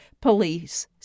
Police